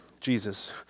Jesus